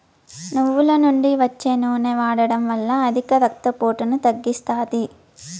నువ్వుల నుండి వచ్చే నూనె వాడడం వల్ల అధిక రక్త పోటును తగ్గిస్తాది